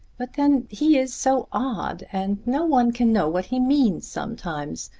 but then he is so odd, and no one can know what he means sometimes.